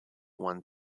won